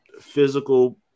physical